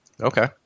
Okay